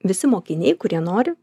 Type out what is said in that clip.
visi mokiniai kurie nori